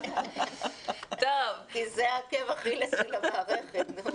כי זה העקב אכילס של המערכת.